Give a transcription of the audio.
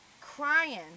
crying